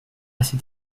cet